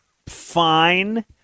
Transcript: Fine